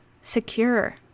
secure